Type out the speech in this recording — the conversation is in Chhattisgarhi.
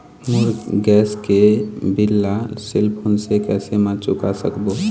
मोर गैस के बिल ला सेल फोन से कैसे म चुका सकबो?